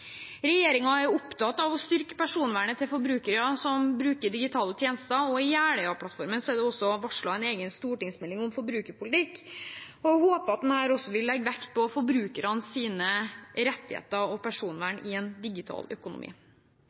er opptatt av å styrke personvernet til forbrukere som bruker digitale tjenester. I Jeløya-plattformen er det varslet en egen stortingsmelding om forbrukerpolitikk. Jeg håper at den også vil legge vekt på forbrukernes rettigheter og personvern i en digital økonomi.